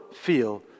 feel